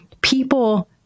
people